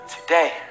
Today